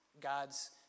God's